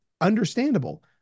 understandable